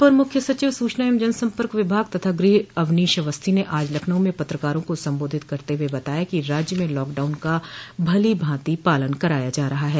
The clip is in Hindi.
अपर मुख्य सचिव सूचना एवं जनसम्पर्क विभाग तथा गृह अवनीश अवस्थी ने आज लखनऊ में पत्रकारों को संबोधित करते हुए बताया कि राज्य में लॉकडाउन का भलीभांति पालन कराया जा रहा है